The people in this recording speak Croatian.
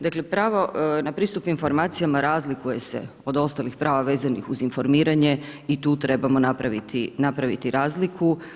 Dakle, pravo na pristup informacijama razlikuje se od ostalih prava vezanih uz informiranje i tu trebamo napraviti razliku.